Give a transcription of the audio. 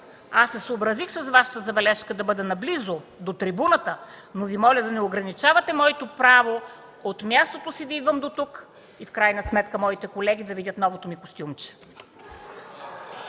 аз се съобразих с Вашата забележка да бъда наблизо до трибуната, но Ви моля да не ограничавате моето право от мястото си да идвам до тук и в крайна сметка моите колеги да видят новото ми костюмче.